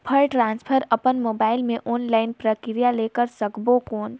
Fund transfer अपन mobile मे online प्रक्रिया ले कर सकबो कौन?